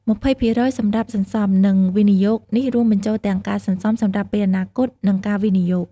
២០% សម្រាប់សន្សំ និងវិនិយោគនេះរួមបញ្ចូលទាំងការសន្សំសម្រាប់ពេលអនាគត និងការវិនិយោគ។